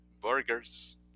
burgers